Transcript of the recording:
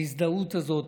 בהזדהות הזאת,